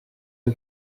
ein